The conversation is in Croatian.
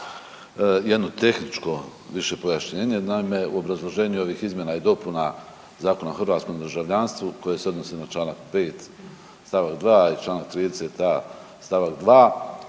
Jedno tehničko više pojašnjenje, naime u obrazloženju ovih izmjena i dopuna Zakona o hrvatskom državljanstvu koje se odnose na čl. 5. st. 2. i čl. 30.a. st. 2.